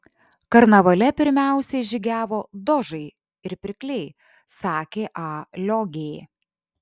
karnavale pirmiausiai žygiavo dožai ir pirkliai sakė a liogė